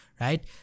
Right